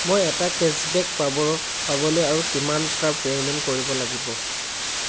মই এটা কেশ্ববেক পাবৰ পাবলৈ আৰু কিমানটা পে'মেণ্ট কৰিব লাগিব